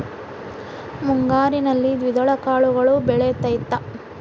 ಮುಂಗಾರಿನಲ್ಲಿ ದ್ವಿದಳ ಕಾಳುಗಳು ಬೆಳೆತೈತಾ?